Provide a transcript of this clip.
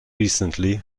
recently